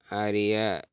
அறிய